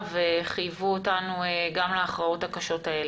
וחייבו אותנו גם להכרעות הקשות האלה.